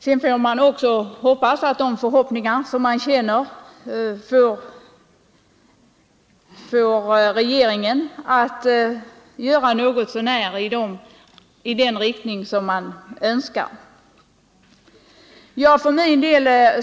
Vi får hoppas att de förhoppningar vi hyser också får regeringen att handla något så när i den riktning vi önskar.